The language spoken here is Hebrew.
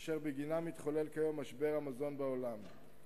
אשר בגינם מתחולל כיום משבר המזון בעולם.